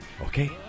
Okay